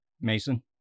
Mason